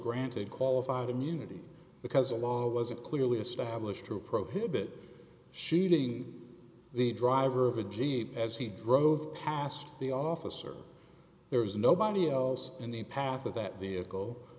granted qualified immunity because a law wasn't clearly established to prohibit shooting the driver of the jeep as he drove past the officer there was nobody else in the path of that vehicle